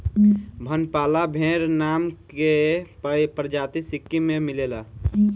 बनपाला भेड़ नाम के प्रजाति सिक्किम में मिलेले